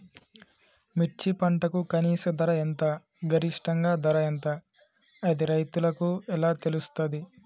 మిర్చి పంటకు కనీస ధర ఎంత గరిష్టంగా ధర ఎంత అది రైతులకు ఎలా తెలుస్తది?